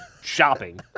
shopping